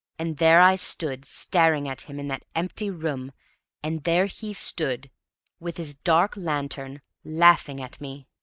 and there i stood staring at him, in that empty room and there he stood with his dark lantern, laughing at me.